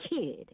kid